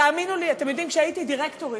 תאמינו לי, אתם יודעים, כשהייתי דירקטורית,